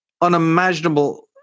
unimaginable